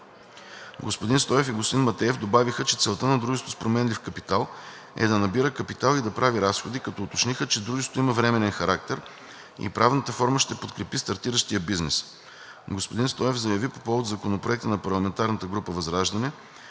Господин Стоев и господин Матеев добавиха, че целта на дружеството с променлив капитал е да набира капитал и да прави разходи, като уточниха, че дружеството има временен характер и правната форма ще подкрепи стартиращия бизнес. Господин Стоев заяви по повод Законопроекта на парламентарната група на